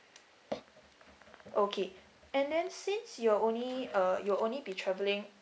okay and then since you're only uh you're only be travelling